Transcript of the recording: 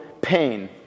pain